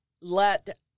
let